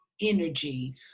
energy